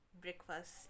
breakfast